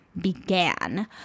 began